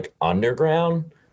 underground